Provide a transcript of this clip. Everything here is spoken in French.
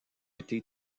été